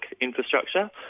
infrastructure